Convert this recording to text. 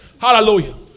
Hallelujah